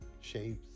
shapes